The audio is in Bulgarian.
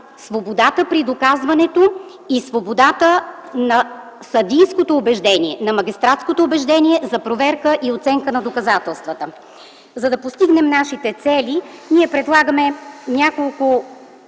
свободата при доказването и свободата на съдийското убеждение, на магистратското убеждение за проверка и оценка на доказателствата. За да постигнем нашите цели, ние предлагаме няколко